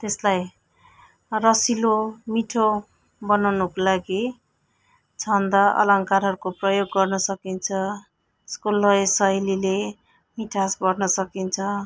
त्यसलाई रसिलो मिठो बनाउनको लागि छन्द अलङ्कारहरूको प्रयोग गर्न सकिन्छ यसको लय शैलीले मिठास भर्न सकिन्छ